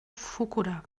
fukuda